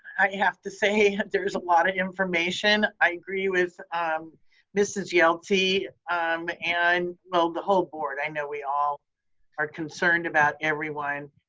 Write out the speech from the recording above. i have to say there's a lot of information. i agree with um mrs. yelsey um and well, the whole board. i know we all are concerned about everyone,